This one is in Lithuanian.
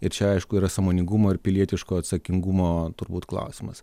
ir čia aišku yra sąmoningumo ir pilietiško atsakingumo turbūt klausimas